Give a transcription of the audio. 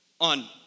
on